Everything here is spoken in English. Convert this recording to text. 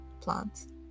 plants